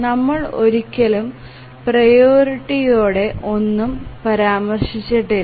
നമ്മൾ ഒരിക്കലും പ്രിയോറിറ്റിയോടെ ഒന്നും പരാമർശിച്ചിട്ടില്ല